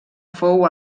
fou